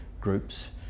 groups